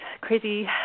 crazy